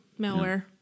malware